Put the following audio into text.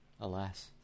Alas